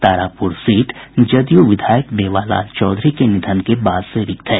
Tarapur seat JDU विधायक मेवा लाल चौधरी के निधन के बाद से रिक्त है